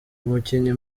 umukinyi